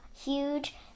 huge